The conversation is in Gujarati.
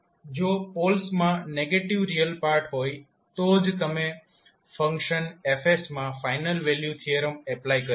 જો પોલ્સમાં નેગેટીવ રિયલ પાર્ટ હોય તો જ તમે ફંક્શન F માં ફાઇનલ વેલ્યુ થીયરમ એપ્લાય કરી શકો